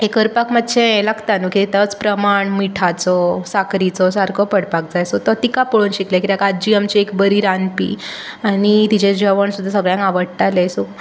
हें करपाक मात्शें यें लागता न्हू तोच प्रमाण मिठाचो साकरीचो सारको पडपाक जाय सो तो तिका पळोवन शिकलें कित्याक आज्जी आमची एक बरी रांदपी आनी तिजें जेवण सुद्दां सगळ्यांक आवडटालें सो